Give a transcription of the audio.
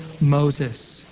Moses